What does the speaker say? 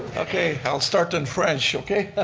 okay, i'll start in french, okay?